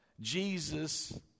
Jesus